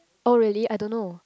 oh really I don't know